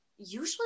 usually